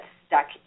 stuck